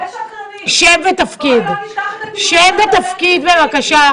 משטרת ישראל, שם ותפקיד בבקשה.